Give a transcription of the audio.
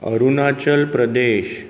Arunachal Pradesh